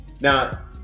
Now